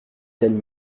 telle